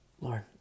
Lord